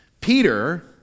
Peter